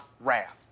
wrath